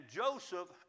joseph